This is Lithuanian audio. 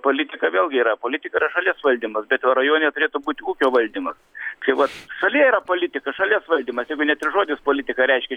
politika vėlgi yra politika yra šalies valdymas bet jau rajone turėtų būt ūkio valdymas tai vat šalyje yra politika šalies valdymas jeigu net ir žodis politika reiškia